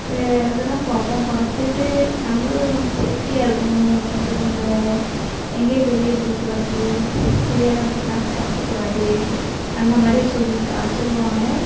அதெலாம் பார்ப்போம் பார்த்துட்டு நம்மளும் சேஃப்டியாக இருக்கணும் நம்ம பிள்ளைங்களை எங்கேயும் வெளியே விடக்கூடாது தெரியாதவங்கள்ட்டலாம் பேசக்கூடாது அந்த மாதிரி சொல்லியிருக்கா சொல்வாங்க